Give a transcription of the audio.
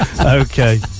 Okay